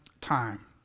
time